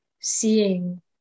seeing